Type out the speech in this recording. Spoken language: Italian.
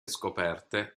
scoperte